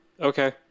Okay